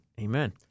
Amen